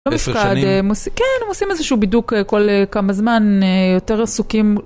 עשר שנים. כן, הם עושים איזשהו בידוק כל כמה זמן, יותר עסוקים